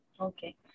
okay